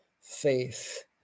faith